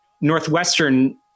Northwestern